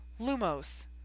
LUMOS